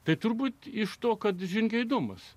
tai turbūt iš to kad žingeidumas